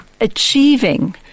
achieving